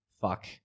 fuck